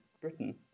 Britain